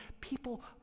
people